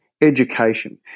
education